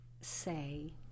say